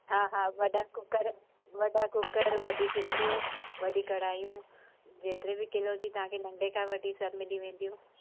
हा हा वॾा कुकर वॾा कुकर वॾियूं सिपरियूं वॾी कढ़ायूं जेतिरे बि किलो जी तव्हांखे नंढे खां वॾी सभु मिली वेंदियूं